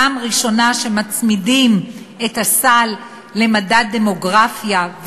פעם ראשונה שמצמידים את הסל למדד דמוגרפיה,